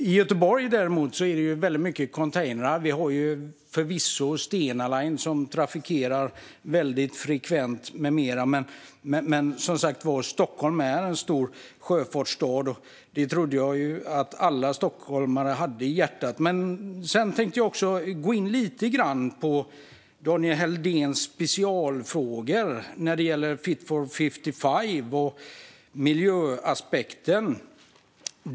I Göteborg är det mycket containrar - vi har förvisso Stena Line som trafikerar frekvent - men Stockholm är en stor sjöfartsstad. Det trodde jag att alla stockholmare hade i hjärtat. Jag tänkte också gå in lite grann på Daniel Helldéns specialfrågor när det gäller Fit for 55 och miljöaspekten.